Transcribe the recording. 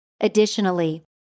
Additionally